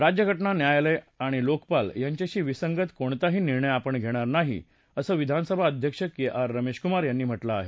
राज्यघटना न्यायालय आणि लोकपाल यांच्याशी विसंगत कोणताही निर्णय आपण घेणार नाही असं विधानसभा अध्यक्ष के आर रमेशकुमार यांनी म्हटलं आहे